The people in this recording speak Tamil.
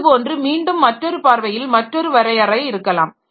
இதுபோன்று மீண்டும் மற்றொரு பார்வையில் மற்றொரு வரையறை இருக்கலாம்